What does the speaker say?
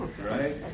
right